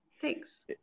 Thanks